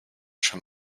schon